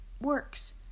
works